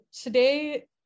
today